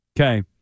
Okay